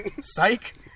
Psych